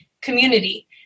community